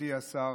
מכובדי השר,